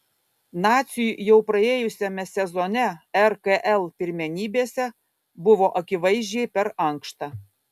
naciui jau praėjusiame sezone rkl pirmenybėse buvo akivaizdžiai per ankšta